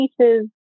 pieces